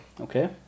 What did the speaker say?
Okay